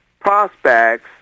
prospects